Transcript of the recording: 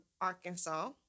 Arkansas